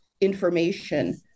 information